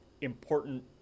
important